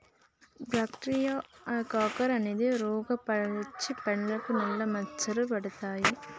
bacteria canker అనే రోగం వచ్చి పండ్లకు నల్ల మచ్చలు పడతాయి